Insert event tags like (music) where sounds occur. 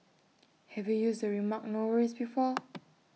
(noise) have you used the remark no worries before (noise)